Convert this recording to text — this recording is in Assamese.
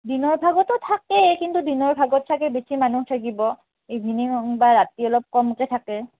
দিনৰ ভাগতো থাকে কিন্তু দিনৰ ভাগত চাগে বেছি মানুহ থাকিব ইভিনিং বা ৰাতি অলপ কমকৈ থাকে